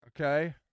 okay